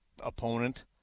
opponent